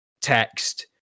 text